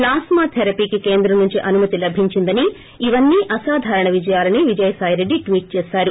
plasma థెరపీకి కేంద్రం నుంచి అనుమతి లభించిందని ఇవన్నీ అసాధారణ విజయాలని విజయసాయిరెడ్డి ట్వీట్ చేశారు